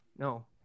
No